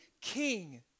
king